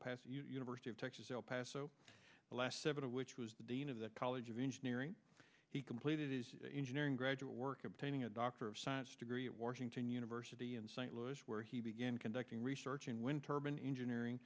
paso university of texas el paso the last seven of which was the dean of the college of engineering he completed his engineering graduate work obtaining a dr of science degree at washington university in st louis where he began conducting research in winter been engineering